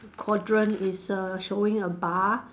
quadrant is err showing a bar